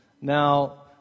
Now